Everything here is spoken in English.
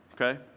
Okay